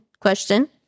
question